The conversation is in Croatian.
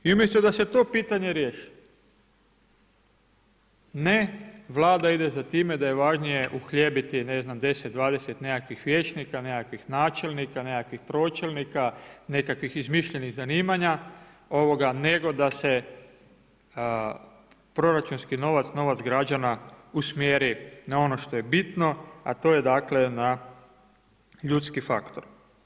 I umjesto da se to pitanje riješi, ne Vlada ide za time da je važnije uhljebiti ne znam 10, 20 nekakvih vijećnika, nekakvih načelnika, nekakvih pročelnika, nekakvih izmišljenih zanimanja nego da se proračunski novac, novac građana usmjeri na ono što je bitno, a to je dakle na ljudski faktor.